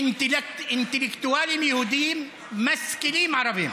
אינטלקטואלים יהודים, משכילים ערבים.